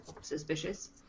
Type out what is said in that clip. suspicious